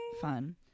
fun